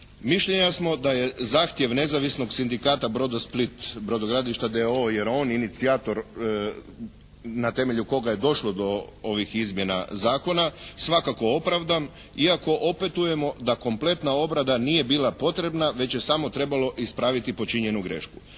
Mišljenja smo da je zahtjev Nezavisnog sindikata Brodosplit brodogradilišta d.o.o. jer je on inicijator na temelju koga je došlo do ovih izmjena zakona svakako opravdan iako opetujemo da kompletna obrada nije bila potrebna već je samo trebalo ispraviti počinjenu grešku.